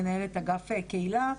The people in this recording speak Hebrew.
מנהלת אגף קהילה,